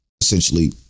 essentially